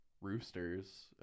Roosters